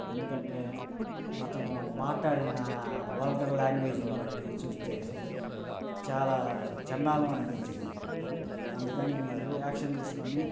ఎందుకంటే అతను మాట్టాడిన వల్గర్ ల్యాంగ్వేజ్ను బట్టి చూస్తే చాలా చండాలం అనిపించిందండి అందుకని మీరు యాక్షన్ తీసుకొని